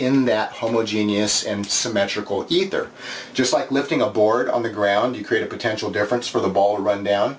in that homogeneous and symmetrical either just like lifting a board on the ground you create a potential difference for the ball run down